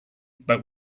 but